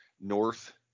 north